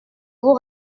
vous